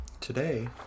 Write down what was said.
today